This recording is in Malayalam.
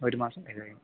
ഒരു മാസം ഏഴായിരം